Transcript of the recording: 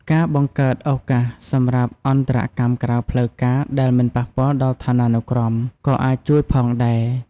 ការបង្កើតឱកាសសម្រាប់អន្តរកម្មក្រៅផ្លូវការដែលមិនប៉ះពាល់ដល់ឋានានុក្រមក៏អាចជួយផងដែរ។